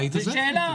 זאת שאלה.